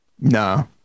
No